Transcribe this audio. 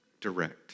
direct